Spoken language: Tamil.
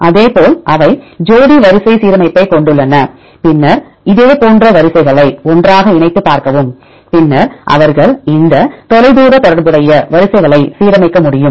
அதேபோல் அவை ஜோடிவரிசை சீரமைப்பைக் கொண்டுள்ளன பின்னர் இதேபோன்ற வரிசைகளை ஒன்றாக இணைத்து பார்க்கவும் பின்னர் அவர்கள் இந்த தொலைதூர தொடர்புடைய வரிசைகளை சீரமைக்க முடியும்